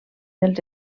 dels